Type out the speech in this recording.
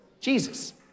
Jesus